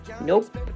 nope